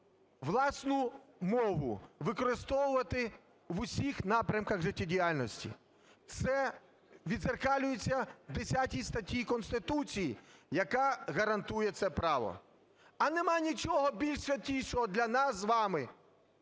власну мову використовувати в усіх напрямках життєдіяльності, це віддзеркалюється в 10 статті Конституції, які гарантує це право. А нема нічого більш святішого для нас з вами,